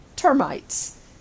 Termites